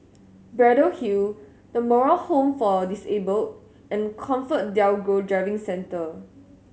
Braddell Hill The Moral Home for Disabled and ComfortDelGro Driving Centre